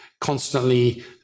constantly